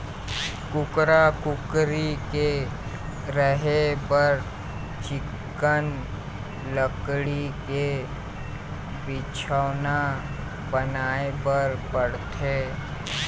कुकरा, कुकरी के रहें बर चिक्कन लकड़ी के बिछौना बनाए बर परथे